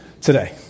today